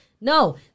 no